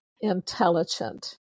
intelligent